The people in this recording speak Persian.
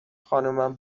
خانمم